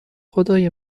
خدای